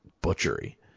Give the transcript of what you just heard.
butchery